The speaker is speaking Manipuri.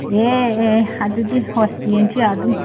ꯑꯦ ꯑꯦ ꯑꯗꯨꯗꯤ ꯍꯣꯏ ꯌꯦꯡꯁꯦ ꯑꯗꯨꯝ